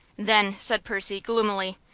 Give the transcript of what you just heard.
then, said percy, gloomily,